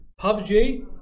PUBG